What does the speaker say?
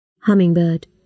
Hummingbird